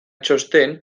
txosten